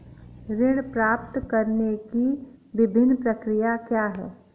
ऋण प्राप्त करने की विभिन्न प्रक्रिया क्या हैं?